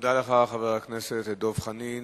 תודה לך, חבר הכנסת דב חנין.